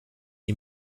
die